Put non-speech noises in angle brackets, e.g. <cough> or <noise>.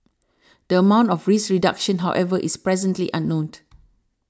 the amount of risk reduction however is presently unknown <noise>